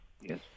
Yes